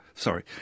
Sorry